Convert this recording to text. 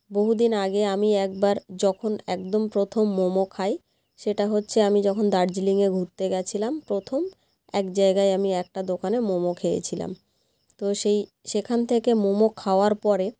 বহু দিন আগে আমি একবার যখন একদম প্রথম মোমো খাই সেটা হচ্ছে আমি যখন দার্জিলিংয়ে ঘুরতে গেছিলাম প্রথম এক জায়গায় আমি একটা দোকানে মোমো খেয়েছিলাম তো সেই সেখান থেকে মোমো খাওয়ার পরে